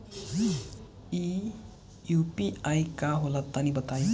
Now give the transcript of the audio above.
इ यू.पी.आई का होला तनि बताईं?